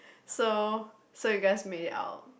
so so you guys made it out